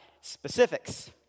specifics